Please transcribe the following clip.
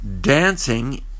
dancing